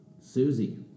Susie